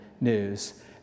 news